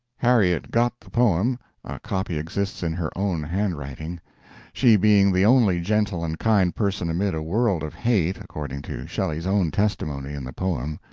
harriet got the poem a copy exists in her own handwriting she being the only gentle and kind person amid a world of hate, according to shelley's own testimony in the poem,